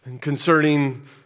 concerning